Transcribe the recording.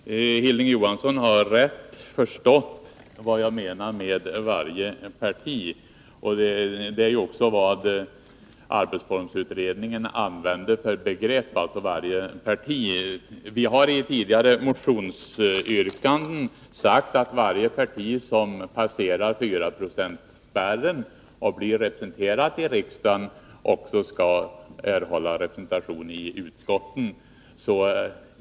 Herr talman! Hilding Johansson har rätt förstått vad jag menar med ”varje parti”, och det är också det begrepp som arbetsformsutredningen använde. Vi har i tidigare motionsyrkanden sagt att varje parti som passerar 4-procentsspärren och blir representerat i riksdagen också skall erhålla representation i utskotten.